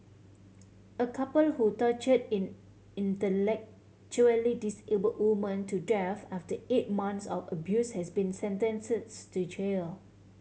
a couple who torture in intellectually disable woman to death after eight months of abuse has been sentence to jail